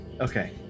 Okay